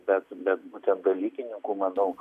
bet bet būtent dalykininkų manau